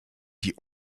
die